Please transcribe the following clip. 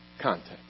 context